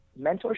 Mentorship